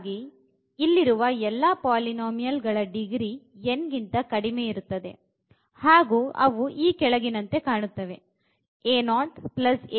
ಹಾಗಾಗಿ ಇಲ್ಲಿರುವ ಎಲ್ಲಾ ಪಾಲಿನೋಮಿಯಲ್ ಗಳ ಡಿಗ್ರೀ n ಕಿಂತ ಕಡಿಮೆಯಾಗಿರುತ್ತದೆ ಹಾಗು ಅವು ಈ ಕೆಳಗಿನಂತೆ ಕಾಣುತ್ತದೆ